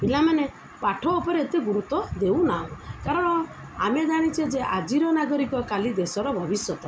ପିଲାମାନେ ପାଠ ଉପରେ ଏତେ ଗୁରୁତ୍ୱ ଦେଉ ନାହୁଁ କାରଣ ଆମେ ଜାଣିଛେ ଯେ ଆଜିର ନାଗରିକ କାଲି ଦେଶର ଭବିଷ୍ୟତ